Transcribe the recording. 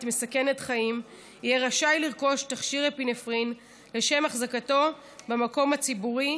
מסכנת חיים יהיה רשאי לרכוש תכשיר אפינפרין לשם החזקתו במקום הציבורי,